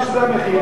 שמעתי שזה המחיר,